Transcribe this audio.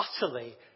utterly